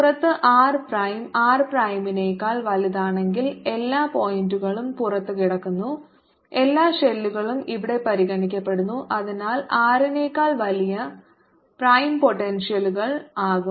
പുറത്ത് r prime R പ്രൈമിനേക്കാൾ വലുതാണെങ്കിൽ എല്ലാ പോയിന്റുകളും പുറത്ത് കിടക്കുന്നു എല്ലാ ഷെല്ലുകളും ഇവിടെ പരിഗണിക്കപ്പെടുന്നു അതിനാൽ R നെക്കാൾ വലിയ പ്രൈം പോട്ടെൻഷ്യൽ ആകും